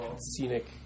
scenic